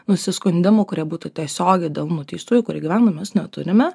nusiskundimų kurie būtų tiesiogiai dėl nuteistųjų kurie gyvena nu mes neturime